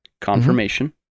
confirmation